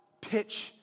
pitch